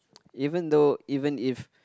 even though even if